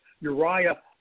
Uriah